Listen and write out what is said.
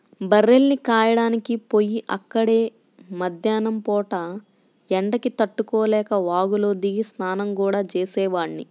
బర్రెల్ని కాయడానికి పొయ్యి అక్కడే మద్దేన్నం పూట ఎండకి తట్టుకోలేక వాగులో దిగి స్నానం గూడా చేసేవాడ్ని